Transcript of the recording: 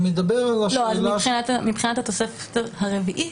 מבחינת התוספת הרביעית,